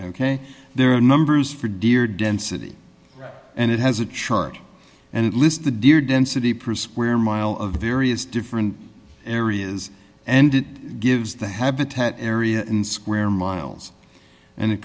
are numbers for deer density and it has a chart and it lists the deer density perspire mile of various different areas and it gives the habitat area in square miles and it